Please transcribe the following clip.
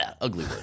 ugly